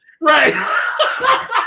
Right